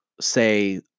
say